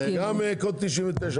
זה בעוד 30 יום,